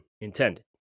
intended